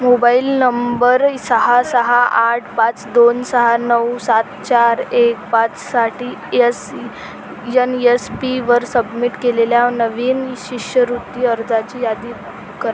mobile number सहा सहा आठ पाच दोन सहा नऊ सात चार एक पाच साठी यस ई यन यस पीवर सबमिट केलेल्या नवीन शिष्यवृत्ती अर्जाची यादी कर